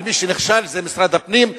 ומי שנכשל זה משרד הפנים,